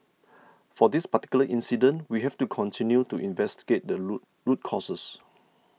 for this particular incident we have to continue to investigate the root causes